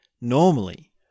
normally